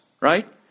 Right